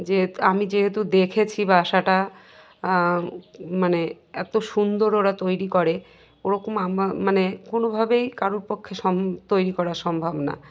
যেহেত আমি যেহেতু দেখেছি বাসাটা মানে এত সুন্দর ওরা তৈরি করে ওরকম আম মানে কোনোভাবেই কারোর পক্ষে সম তৈরি করা সম্ভব না